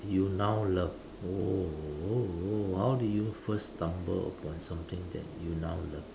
you now love oh how do you first stumble upon something that you now love